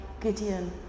Gideon